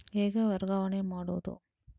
ಹೇಗೆ ವರ್ಗಾವಣೆ ಮಾಡುದು?